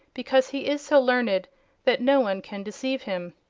because he is so learned that no one can deceive him.